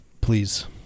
please